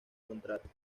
contrato